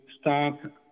start